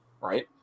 right